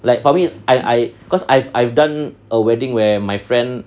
like for me I I cause I've I've done a wedding where my friend